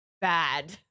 bad